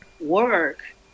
work